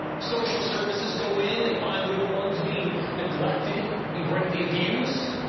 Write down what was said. social services go in, they find little ones being neglected and greatly abused.